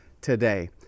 today